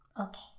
Okay